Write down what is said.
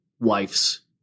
wife's